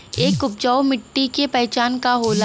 एक उपजाऊ मिट्टी के पहचान का होला?